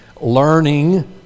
learning